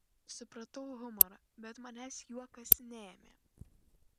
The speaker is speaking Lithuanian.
supratau humorą bet manęs juokas neėmė